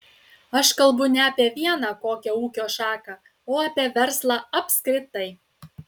aš kalbu ne apie vieną kokią ūkio šaką o apie verslą apskritai